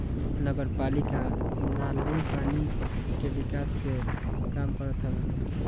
नगरपालिका नाली पानी कअ निकास के काम करत हवे